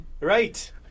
Right